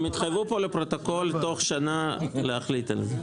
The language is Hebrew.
הם התחייבו פה לפרוטוקול שתוך שנה להחליט על זה.